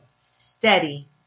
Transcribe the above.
Steady